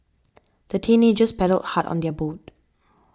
the teenagers paddled hard on their boat